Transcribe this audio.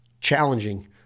challenging